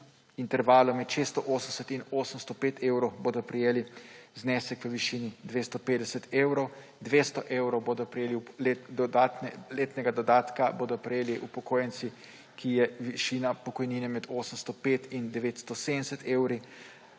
intervalu med 680 in 805 evrov, bodo prejeli znesek v višini 250 evrov, 200 evrov letnega dodatka bodo prejeli upokojenci, ki imajo višino pokojnine med 805 in 970 evri,